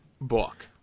book